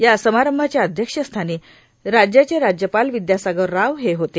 या समारंभाच्या अध्यक्षस्थानी राज्याचे राज्यपाल विद्यासागर राव हे होते